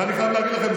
ואני חייב להגיד לכם,